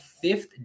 Fifth